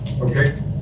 Okay